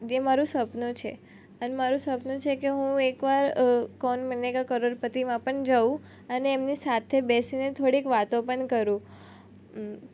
જે મારું સપનું છે અને મારું સપનું છે કે હું એકવાર કોન બનેગા કરોડપતિમાં પણ જાઉં અને એમની સાથે બેસીને થોડીક વાતો પણ કરું